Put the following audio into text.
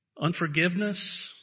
Unforgiveness